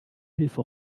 hilfe